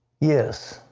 yes.